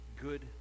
good